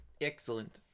Excellent